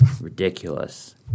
Ridiculous